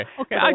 Okay